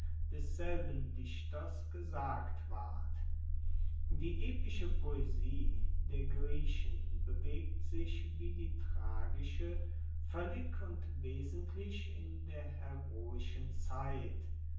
desselben dichters gesagt ward die epische poesie der griechen bewegt sich wie die tragische voellig und wesentlich in der heroischen zeit